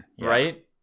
right